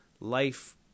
life